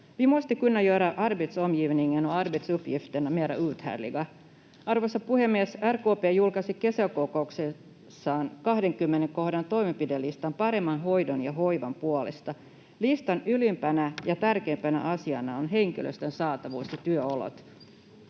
Arvoisa puhemies! RKP julkaisi kesäkokouksessaan 20 kohdan toimenpidelistan paremman hoidon ja hoivan puolesta. Listan ylimpänä ja tärkeimpänä asiana on henkilöstön saatavuus ja työolot.